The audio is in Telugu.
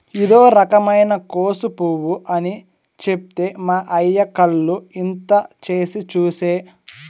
ఇదో రకమైన కోసు పువ్వు అని చెప్తే మా అయ్య కళ్ళు ఇంత చేసి చూసే